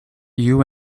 you